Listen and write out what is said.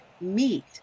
meet